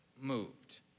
moved